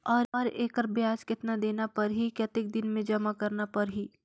और एकर ब्याज कतना देना परही कतेक दिन मे जमा करना परही??